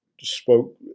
spoke